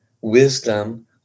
wisdom